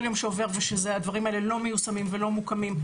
כל יום שעובר והדברים האלה לא מיושמים ולא מוקמים,